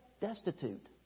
destitute